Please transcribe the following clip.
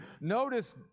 Notice